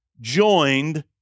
joined